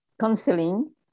counseling